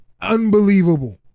unbelievable